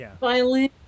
violin